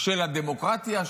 של הדמוקרטיה,